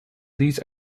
these